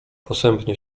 posępnie